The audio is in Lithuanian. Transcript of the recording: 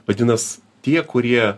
vadinas tie kurie